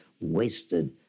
wasted